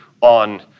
on